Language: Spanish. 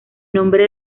nombre